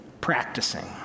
practicing